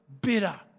bitter